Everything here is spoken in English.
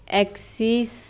axis